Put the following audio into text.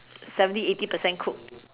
seventy eighty percent cooked